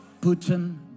Putin